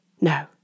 No